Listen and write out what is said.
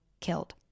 killed